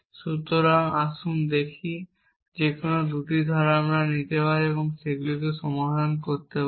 সুতরাং আসুন দেখি আমরা যেকোনো 2টি ধারা নিতে পারি এবং সেগুলি সমাধান করতে পারি